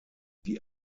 die